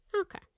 Okay